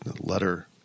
letter